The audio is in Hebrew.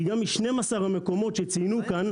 כי גם מ-12 המקומות שציינו כאן,